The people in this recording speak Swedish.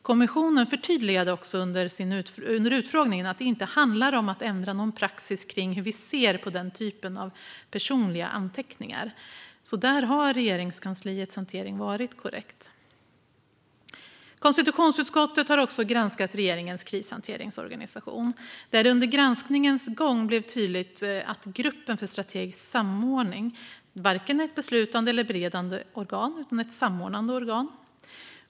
Kommissionen förtydligade också under utfrågningen att det inte handlar om att ändra någon praxis kring hur vi ser på den typen av personliga anteckningar, så där har Regeringskansliets hantering varit korrekt. Konstitutionsutskottet har också granskat regeringens krishanteringsorganisation, där det under granskningens gång blev tydligt att gruppen för strategisk samordning varken är ett beslutande eller beredande organ utan ett samordnande organ.